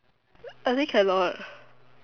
I think can not